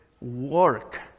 work